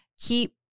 keep